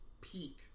peak